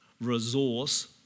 resource